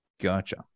gotcha